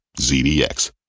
ZDX